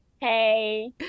Hey